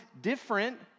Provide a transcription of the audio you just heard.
different